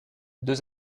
deux